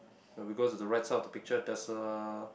can we go to the right side of the picture there's a